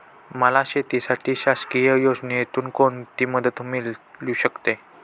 मला शेतीसाठी शासकीय योजनेतून कोणतीमदत मिळू शकते?